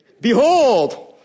Behold